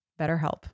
BetterHelp